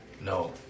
No